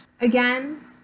Again